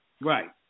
Right